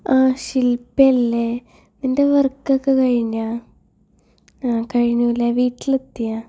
ആഹ് ശിൽപ്പയല്ലേ നിൻ്റെ വർക്കോകെ കഴിഞ്ഞാ അഹ് കഴിഞ്ഞുലെ വീട്ടിലെത്തിയാ